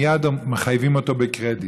מייד מחייבים אותו בקרדיט.